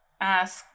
ask